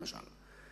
למשל,